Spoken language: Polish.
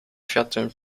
światłem